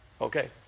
Okay